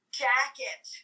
jacket